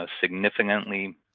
significantly